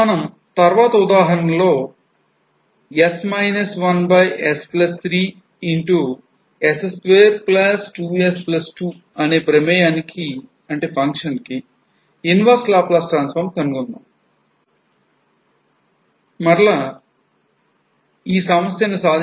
మనం తర్వాత ఉదాహరణలో s 1s3s22s2 అనే ప్రమేయానికి function కి inverse laplace transform కనుగొందాం